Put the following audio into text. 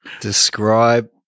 Describe